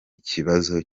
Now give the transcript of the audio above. ikibazo